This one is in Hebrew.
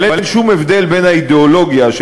אבל אין שום הבדל בין האידיאולוגיה של